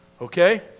Okay